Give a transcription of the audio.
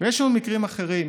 יש לנו מקרים אחרים.